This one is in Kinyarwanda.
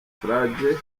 sturridge